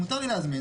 מותר לי להזמין,